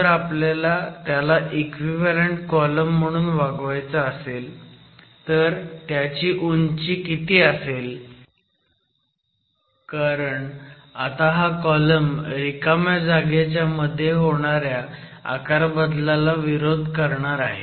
जर आपल्याला त्याला इक्विव्हॅलंट कॉलम म्हणून वागवायचं असेल तर त्याची उंची किती असेल कारण आता हा कॉलम रिकाम्या जागेच्या मध्ये होणाऱ्या आकारबदलाला विरोध करणार आहे